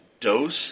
dose